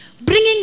Bringing